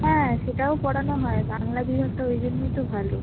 হ্যাঁ সেটাও পড়ানো হয় বাংলা বিভাগটা ওই জন্যেই তো ভালো